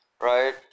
Right